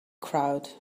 crowd